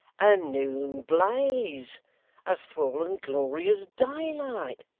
a noon-blaze a full and glorious daylight.